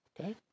Okay